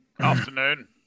Afternoon